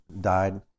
died